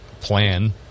plan